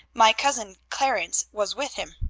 my cousin clarence was with him.